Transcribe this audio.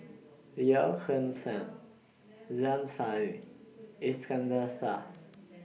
Yeoh Ghim Seng J M Sali Iskandar Shah